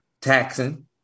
Taxing